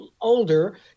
older